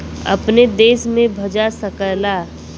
अपने देश में भजा सकला